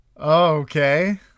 Okay